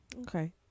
Okay